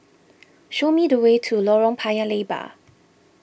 show me the way to Lorong Paya Lebar